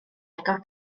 agor